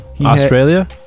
Australia